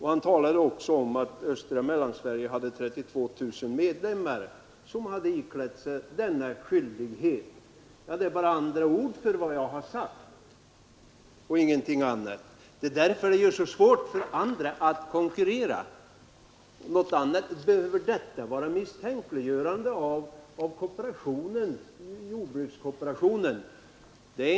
Han talade också om att man i östra Mellansverige hade 32 000 medlemmar som hade iklätt sig denna skyldighet. Ja, det var andra ord för vad jag har sagt och ingenting annat. Därför är det så svårt för andra att konkurrera. Behöver ett påpekande om detta vara ett misstänkliggörande av jordbrukskooperationen?